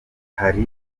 hari